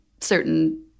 certain